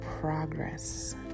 progress